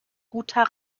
guter